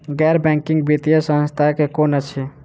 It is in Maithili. गैर बैंकिंग वित्तीय संस्था केँ कुन अछि?